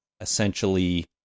essentially